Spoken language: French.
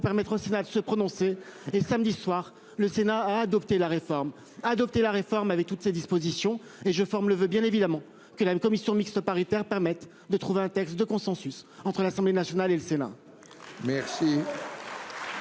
permettre au Sénat de se prononcer et samedi soir, le Sénat a adopté la réforme adoptée la réforme avait toutes ces dispositions et je forme le voeu bien évidemment que la une commission mixte paritaire permette de trouver un texte de consensus entre à l'Assemblée nationale et le Sénat.